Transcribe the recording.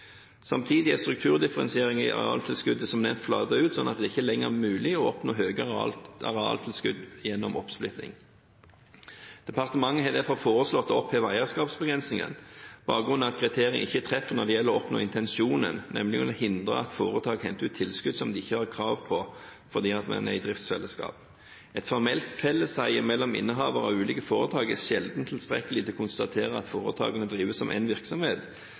Samtidig er strukturdifferensiering i arealtilskuddet som nevnt flatet ut sånn at det ikke lenger er mulig å oppnå høyere arealtilskudd gjennom oppsplitting. Departementet har derfor foreslått å oppheve eierskapsbegrensningene. Bakgrunnen er at kriteriene ikke treffer når det gjelder å oppnå intensjonen, nemlig å hindre at foretak henter ut tilskudd som de ikke har krav på fordi en er i driftsfellesskap. Et formelt felleseie mellom innehaver av ulike foretak er sjelden tilstrekkelig til å konstatere at foretakene drives som én virksomhet.